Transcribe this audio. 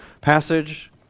passage